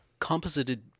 composited